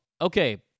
Okay